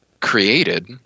created